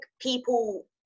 people